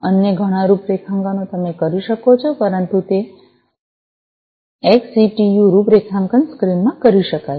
અન્ય ઘણા રૂપરેખાંકનો તમે કરી શકો છો પરંતુ તે એક્સસિટિયું રૂપરેખાંકન સ્ક્રીનમાં કરી શકાય છે